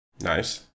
Nice